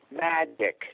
magic